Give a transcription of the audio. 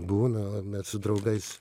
būna va mes su draugais